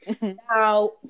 Now